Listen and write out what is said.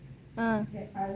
uh